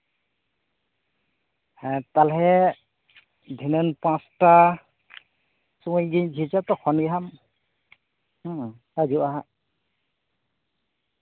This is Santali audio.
ᱦᱮᱸ ᱛᱟᱞᱦᱮ ᱫᱷᱤᱱᱟᱹᱱ ᱯᱟᱸᱪ ᱴᱟ ᱥᱚᱢᱚᱭ ᱜᱤᱧ ᱡᱷᱤᱡᱟ ᱛᱚ ᱛᱚᱠᱷᱚᱱ ᱜᱮ ᱦᱟᱸᱢ ᱮᱢ ᱦᱩᱸ ᱦᱤᱡᱩᱜᱼᱟ ᱦᱟᱸᱜ